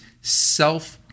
self